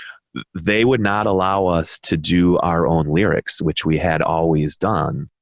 they would not allow us to do our own lyrics, which we had always done,